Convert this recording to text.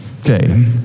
Okay